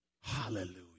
Hallelujah